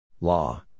Law